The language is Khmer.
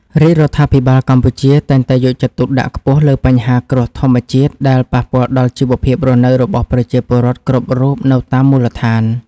រាជរដ្ឋាភិបាលកម្ពុជាតែងតែយកចិត្តទុកដាក់ខ្ពស់លើបញ្ហាគ្រោះធម្មជាតិដែលប៉ះពាល់ដល់ជីវភាពរស់នៅរបស់ប្រជាពលរដ្ឋគ្រប់រូបនៅតាមមូលដ្ឋាន។